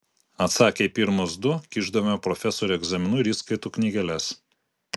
atsakę į pirmus du kišdavome profesoriui egzaminų ir įskaitų knygeles